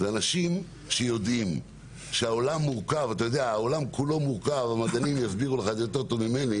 זה אנשים שיודעים שהעולם כולו מורכב המדענים יסבירו לך יותר טוב ממני